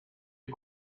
est